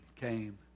came